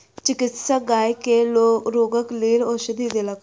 चिकित्सक गाय के रोगक लेल औषधि देलक